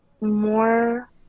more